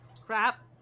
crap